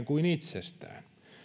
kuin itsestään